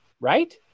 Right